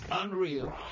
Unreal